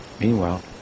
meanwhile